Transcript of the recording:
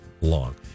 long